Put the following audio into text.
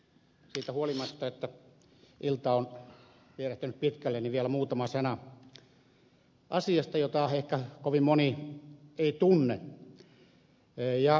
siitä huolimatta että ilta on vierähtänyt pitkälle vielä muutama sana asiasta jota ehkä kovin moni ei tunne